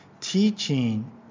teaching